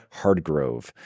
Hardgrove